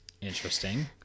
Interesting